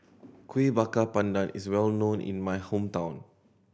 Kueh Bakar Pandan is well known in my hometown